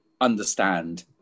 understand